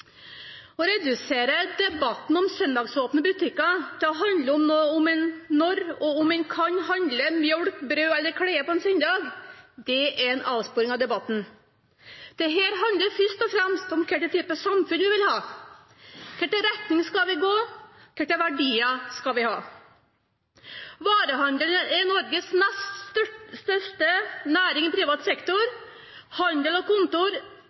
Å redusere debatten om søndagsåpne butikker til å handle om når og om en kan handle mjølk, brød eller klær på en søndag, er en avsporing av debatten. Dette handler først og fremst om hva slags type samfunn vi vil ha. Hvilken retning skal vi gå i, hvilke verdier skal vi ha? Varehandel er Norges nest største næring i privat sektor. Tall fra Handel og Kontor